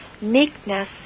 meekness